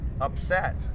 Upset